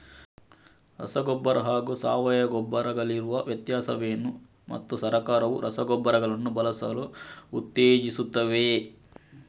ರಸಗೊಬ್ಬರ ಹಾಗೂ ಸಾವಯವ ಗೊಬ್ಬರ ಗಳಿಗಿರುವ ವ್ಯತ್ಯಾಸವೇನು ಮತ್ತು ಸರ್ಕಾರವು ರಸಗೊಬ್ಬರಗಳನ್ನು ಬಳಸಲು ಉತ್ತೇಜಿಸುತ್ತೆವೆಯೇ?